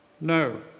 No